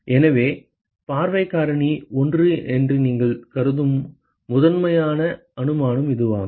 எனவே பார்வைக் காரணி 1 என்று நீங்கள் கருதும் முதன்மையான அனுமானம் இதுவாகும்